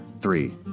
three